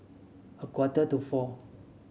a quarter to four